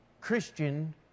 Christian